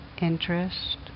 interest